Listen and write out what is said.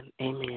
Amen